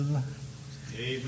Amen